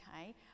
Okay